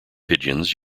pigeons